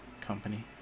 company